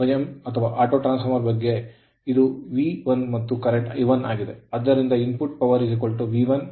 ಸ್ವಯಂಟ್ರಾನ್ಸ್ ಫಾರ್ಮರ್ ಗೆ ಇದು V1 ಮತ್ತು ಕರೆಂಟ್ I1 ಆಗಿದೆ ಆದ್ದರಿಂದ ಇನ್ ಪುಟ್ ಪವರ್ V1I1 ಮತ್ತು ಔಟ್ಪುಟ್ ಅನ್ನು ನಾವು V2